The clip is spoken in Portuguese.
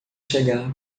chegar